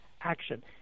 action